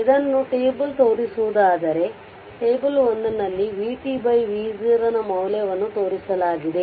ಇದನ್ನು ಟೇಬಲ್ ತೋರಿಸುವುದಾದರೆ ಟೇಬಲ್ 1 ನಲ್ಲಿ vtv0 ನ ಮೌಲ್ಯವನ್ನು ತೋರಿಸಲಾಗಿದೆ